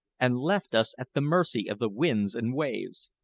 and left us at the mercy of the winds and waves.